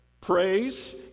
praise